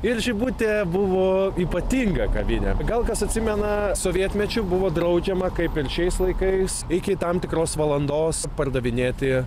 ir žibutė buvo ypatinga kavinė gal kas atsimena sovietmečiu buvo draudžiama kaip ir šiais laikais iki tam tikros valandos pardavinėti